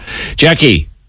Jackie